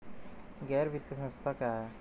गैर वित्तीय संस्था क्या है?